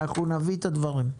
אנחנו נביא את הדברים.